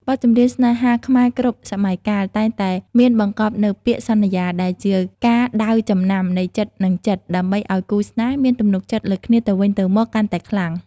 បទចម្រៀងស្នេហាខ្មែរគ្រប់សម័យកាល តែងតែមានបង្កប់នូវពាក្យ "សន្យា" ដែលជាការដៅចំណាំនៃចិត្តនិងចិត្ត ដើម្បីឱ្យគូស្នេហ៍មានទំនុកចិត្តលើគ្នាទៅវិញទៅមកកាន់តែខ្លាំង។